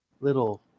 little